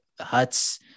huts